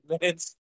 minutes